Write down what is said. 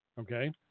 Okay